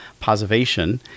Posivation